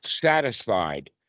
satisfied